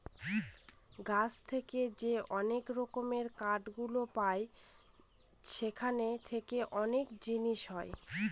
গাছ থেকে যে অনেক রকমের কাঠ গুলো পায় সেখান থেকে অনেক জিনিস হয়